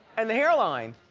and the hair line.